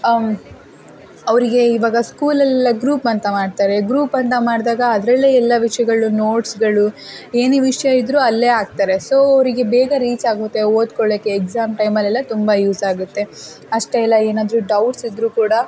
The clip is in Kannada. ಅವರಿಗೆ ಇವಾಗ ಸ್ಕೂಲಲ್ಲೆಲ್ಲ ಗ್ರೂಪಂತ ಮಾಡ್ತಾರೆ ಗ್ರೂಪಂತ ಮಾಡಿದಾಗ ಅದ್ರಲ್ಲೇ ಎಲ್ಲ ವಿಷಯಗಳು ನೋಟ್ಸ್ಗಳು ಏನೇ ವಿಷಯ ಇದ್ದರೂ ಅಲ್ಲೇ ಹಾಕ್ತಾರೆ ಸೋ ಅವರಿಗೆ ಬೇಗ ರೀಚಾಗುತ್ತೆ ಓದ್ಕೊಳ್ಳೋಕೆ ಎಕ್ಸಾಮ್ ಟೈಮಲ್ಲೆಲ್ಲ ತುಂಬ ಯೂಸಾಗುತ್ತೆ ಅಷ್ಟೇ ಅಲ್ಲ ಏನಾದ್ರೂ ಡೌಟ್ಸ್ ಇದ್ರೂ ಕೂಡ